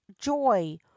joy